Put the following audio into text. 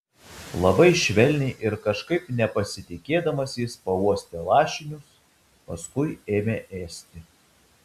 labai švelniai ir kažkaip nepasitikėdamas jis pauostė lašinius paskui ėmė ėsti